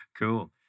Cool